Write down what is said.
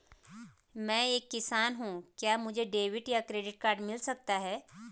मैं एक किसान हूँ क्या मुझे डेबिट या क्रेडिट कार्ड मिल सकता है?